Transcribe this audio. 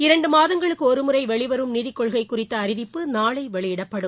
இரண்டு மாதங்களுக்கு ஒருமுறை வெளிவரும் நிதிக்கொள்கை குறித்த அறிவிப்பு நாளை வெளியிடப்படும்